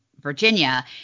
Virginia